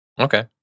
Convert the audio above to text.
Okay